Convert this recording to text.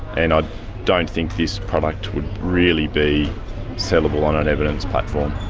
and i don't think this product would really be sellable on an evidence platform.